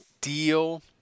deal